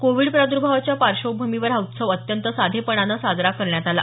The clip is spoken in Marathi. कोविड प्रादर्भावाच्या पार्श्वभूमीवर हा उत्सव अत्यंत साधेपणाने साजरा करण्यात आला